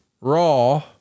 Raw